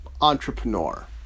entrepreneur